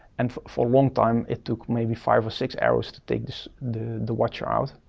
and for a long time, it took maybe five or six arrows to dig the the watcher out.